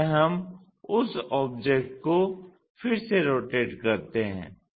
इस तरह हम उस ऑब्जेक्ट को फिर से रोटेट करते हैं